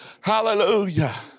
hallelujah